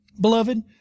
Beloved